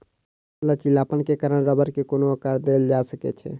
लचीलापन के कारण रबड़ के कोनो आकर देल जा सकै छै